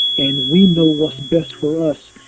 and we know what's best for us.